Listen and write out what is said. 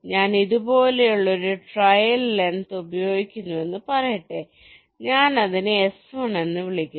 ഞാൻ ഇതുപോലെയുള്ള ഒരു ട്രയൽ ലെങ്ത് ഉപയോഗിക്കുന്നുവെന്ന് പറയട്ടെ ഞാൻ അതിനെ S1 എന്ന് വിളിക്കുന്നു